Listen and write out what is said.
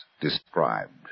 described